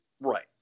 right